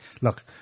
look